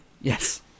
Yes